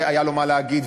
שהיה לו מה להגיד,